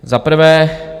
Za prvé.